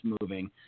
moving